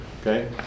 okay